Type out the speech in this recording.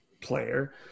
player